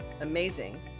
amazing